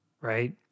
right